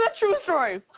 but true story.